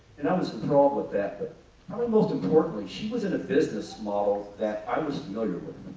and i was enthralled with that, but probably most importantly, she was in a business model that i was familiar with.